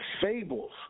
fables